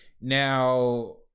now